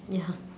ya